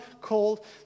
called